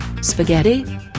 Spaghetti